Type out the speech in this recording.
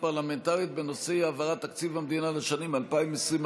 פרלמנטרית בנושא אי-העברת תקציב לשנים 2021-2020,